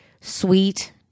sweet